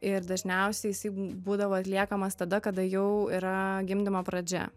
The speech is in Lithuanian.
ir dažniausiai jisai būdavo atliekamas tada kada jau yra gimdymo pradžia